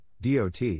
DOT